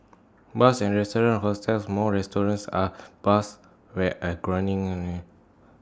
bars and restaurants hotels more restaurants are bars here are growing their own